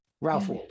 Ralph